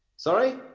sorry?